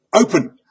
open